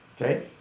Okay